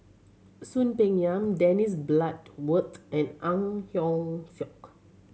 Soon Peng Yam Dennis Bloodworth and Ang Hiong Chiok